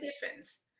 difference